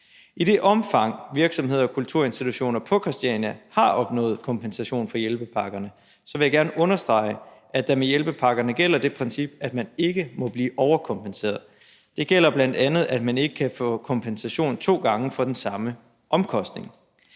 I det omfang virksomheder og kulturinstitutioner på Christiania har opnået kompensation fra hjælpepakkerne, vil jeg gerne understrege, at der med hjælpepakkerne gælder det princip, at man ikke må blive overkompenseret. Det gælder bl.a., at man ikke kan få kompensation to gange for den samme omkostning.